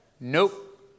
Nope